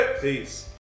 Peace